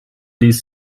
ließ